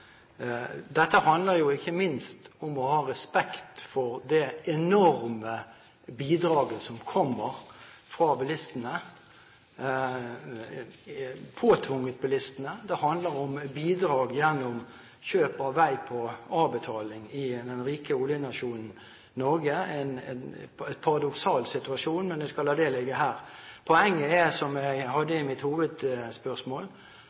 Dette handler ikke minst om å ha respekt for det enorme bidraget som kommer fra bilistene, som er påtvunget bilistene. Det handler om bidrag gjennom kjøp av vei på avbetaling i den rike oljenasjonen Norge – en paradoksal situasjon, men det skal jeg la ligge her. Poenget er – som jeg